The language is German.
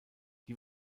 die